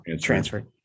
Transferred